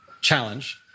challenge